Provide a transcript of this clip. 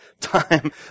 time